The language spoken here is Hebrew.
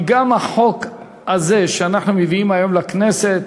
גם החוק הזה, שאנחנו מביאים היום לכנסת,